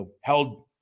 held